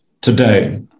today